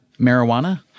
Marijuana